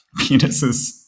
penises